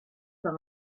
par